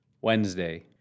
Wednesday